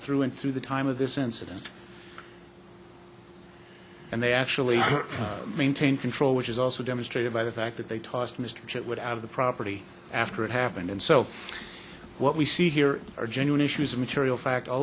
through and through the time of this incident and they actually maintained control which is also demonstrated by the fact that they tossed mr shit wood out of the property after it happened and so what we see here are genuine issues of material fact all